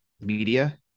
media